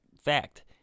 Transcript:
fact